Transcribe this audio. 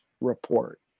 report